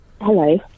Hello